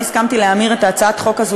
אני הסכמתי להמיר את הצעת החוק הזאת